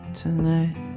tonight